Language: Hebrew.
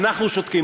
אנחנו שותקים,